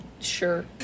sure